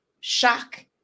shock